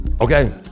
Okay